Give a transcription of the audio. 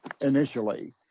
initially